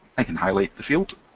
i can highlight the field